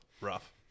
Rough